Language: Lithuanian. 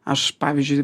aš pavyzdžiui